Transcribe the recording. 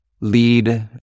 lead